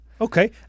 Okay